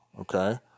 Okay